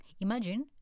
imagine